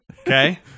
Okay